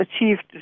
achieved